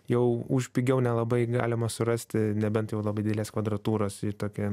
jau už pigiau nelabai galima surasti nebent jau labai didelės kvadratūros ir tokia